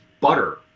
butter